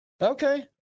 Okay